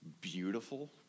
Beautiful